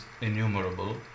innumerable